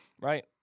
Right